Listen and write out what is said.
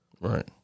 Right